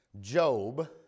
Job